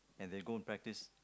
and they go and practise